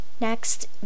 Next